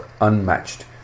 unmatched